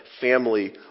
family